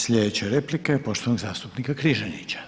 Sljedeća replika je poštovanog zastupnika Križanića.